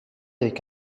avec